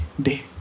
day